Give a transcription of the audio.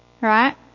Right